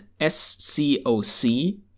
scoc